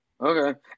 okay